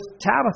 Tabitha